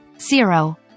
Zero